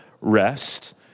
rest